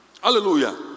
Hallelujah